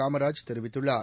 காமராஜ் தெரிவித்துள்ளார்